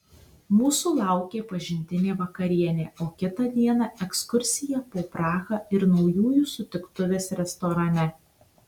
mūsų laukė pažintinė vakarienė o kitą dieną ekskursija po prahą ir naujųjų sutiktuvės restorane